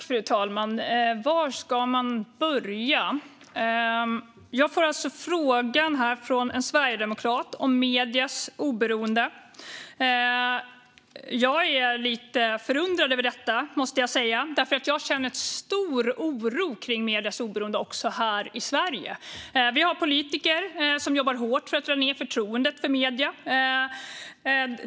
Fru talman! Var ska jag börja? Jag får alltså en fråga från en sverigedemokrat om mediernas oberoende. Jag måste säga att jag är lite förundrad över detta, för jag känner stor oro för mediernas oberoende, också här i Sverige. Vi har politiker som jobbar hårt för att minska förtroendet för medierna.